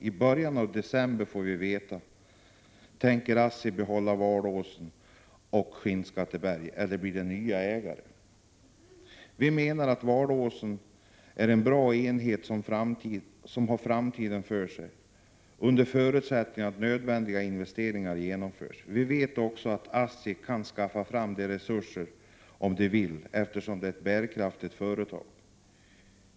I början av december får vi veta. Tänker ASSI behålla Valåsen eller blir det en ny ägare? Vi menar att Valåsen är en bra enhet som har framtiden för sig, under förutsättning att nödvändiga investeringar genomförs. Vi vet också att ASSI kan skaffa fram dessa resurser om de vill, eftersom det är ett bärkraftigt företag.